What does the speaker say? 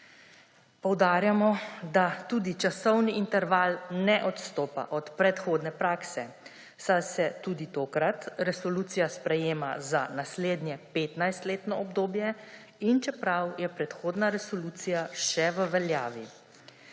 Poudarjamo, da tudi časovni interval ne odstopa od predhodne prakse, saj se tudi takrat resolucija sprejema za naslednje 15-letno obdobje in čeprav je predhodna resolucija še v veljavi.